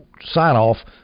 sign-off